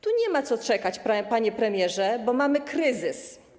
Tu nie ma co czekać, panie premierze, bo mamy kryzys.